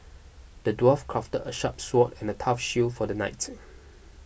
the dwarf crafted a sharp sword and a tough shield for the knight